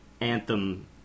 anthem